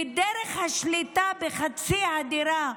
דרך השליטה בחצי הדירה,